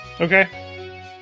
Okay